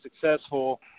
successful